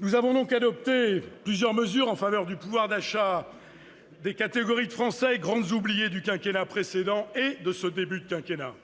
Nous avons donc adopté plusieurs mesures en faveur du pouvoir d'achat des catégories de Français qui ont été les grands oubliés du quinquennat précédent et de ce début de quinquennat.